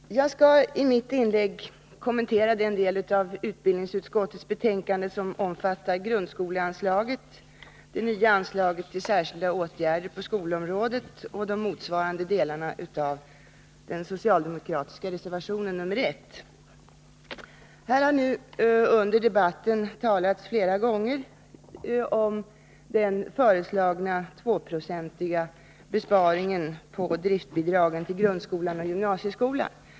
Herr talman! Jag skall i mitt inlägg kommentera den del av utbildningsutskottets betänkande som omfattar grundskoleanslaget och det nya anslaget till särskilda åtgärder på skolområdet samt motsvarande delar av den socialdemokratiska reservationen nr 1. Under debatten har det flera gånger talats om den föreslagna 2-procentiga besparingen på driftbidragen till grundskolan och gymnasieskolan.